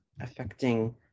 affecting